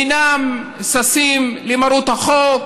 אינם כפופים למרות החוק,